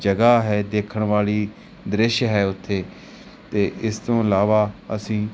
ਜਗ੍ਹਾ ਹੈ ਦੇਖਣ ਵਾਲੀ ਦ੍ਰਿਸ਼ ਹੈ ਉੱਥੇ ਅਤੇ ਇਸ ਤੋਂ ਇਲਾਵਾ ਅਸੀਂ